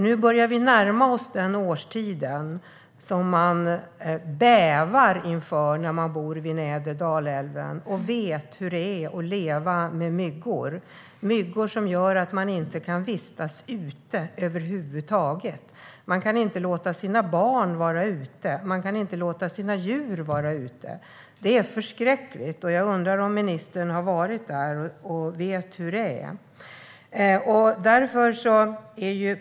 Nu börjar vi nämligen närma oss den årstid som man bävar inför om man bor vid nedre Dalälven och vet hur det är att leva med myggor som gör att man inte kan vistas ute över huvud taget. Man kan inte låta sina barn eller sina djur vara ute. Det är förskräckligt, och jag undrar om ministern har varit där och om hon vet hur det är.